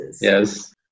yes